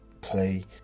play